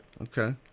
Okay